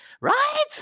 right